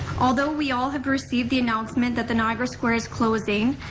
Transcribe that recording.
although we all have received the announcement that the niagara square is closing,